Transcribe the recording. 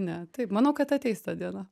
ne taip manau kad ateis ta diena